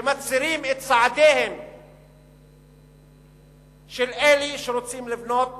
ומצרים את צעדיהם של אלה שרוצים לבנות